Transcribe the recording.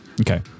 Okay